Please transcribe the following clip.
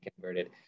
converted